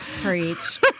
Preach